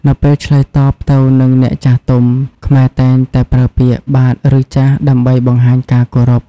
នៅពេលឆ្លើយតបទៅនឹងអ្នកចាស់ទុំ ខ្មែរតែងតែប្រើពាក្យ បាទឬចាស៎ ដើម្បីបង្ហាញការគោរព។